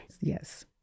Yes